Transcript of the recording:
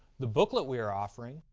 the booklet we are offering,